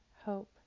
hope